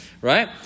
Right